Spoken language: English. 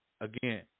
again